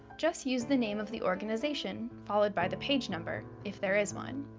just use the name of the organization followed by the page number, if there is one.